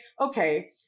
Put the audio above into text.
Okay